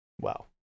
Wow